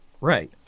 Right